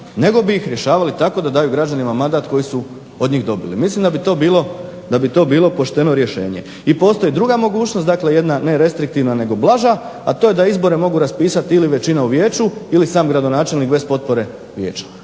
nego bi ih rješavali tako da daju građanima mandat koji su od njih dobili. Mislim da bi to bilo pošteno rješenje. I postoji druga mogućnost, dakle jedna ne restriktivna nego blaža, a to je da izbore mogu raspisat ili većina u vijeću ili sam gradonačelnik bez potpore vijeća